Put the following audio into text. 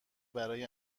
برای